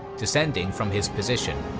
descending from his position,